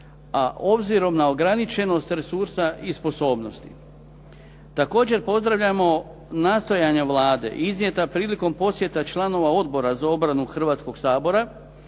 a obzirom na ograničenost resursa i sposobnosti. Također pozdravljamo nastojanja Vlade iznijeta prilikom posjeta članova odbora za obranu Hrvatskoga sabora,